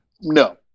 No